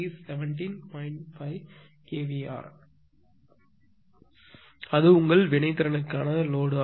5 kVAr அது உங்கள் வினை திறனுக்கான சுமை ஆகும்